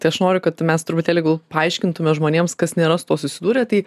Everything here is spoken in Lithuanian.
tai aš noriu kad mes truputėlį gal paaiškintume žmonėms kas nėra su tuo susidūrę tai